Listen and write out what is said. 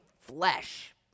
flesh